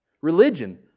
Religion